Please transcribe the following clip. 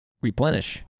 replenish